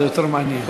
זה יותר מעניין.